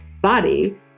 body